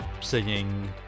singing